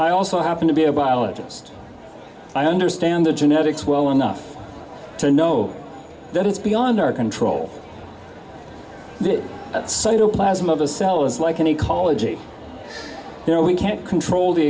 i also happen to be a biologist i understand the genetics well enough to know that it's beyond our control at cytoplasm of a cell as like an ecology you know we can't control the